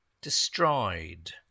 destroyed